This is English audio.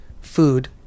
food